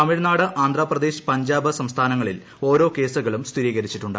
തമിഴ്നാട് ആന്ധ്രാപ്രദേശ് പഞ്ചാബ് സംസ്ഥാനങ്ങളിൽ ഓരോ കേസുകളും സ്ഥിരീകരിച്ചിട്ടുണ്ട്